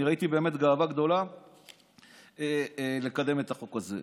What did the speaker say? אני ראיתי באמת גאווה גדולה לקדם את החוק הזה.